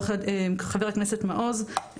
חבר הכנסת מעוז,